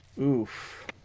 Oof